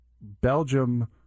Belgium